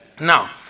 Now